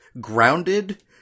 grounded